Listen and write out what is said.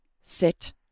Sit